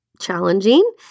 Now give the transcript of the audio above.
challenging